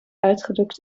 uitgedrukt